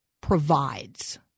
provides